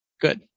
Good